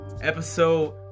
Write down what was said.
episode